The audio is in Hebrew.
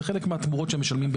זה חלק מהתמורות שמשלמים.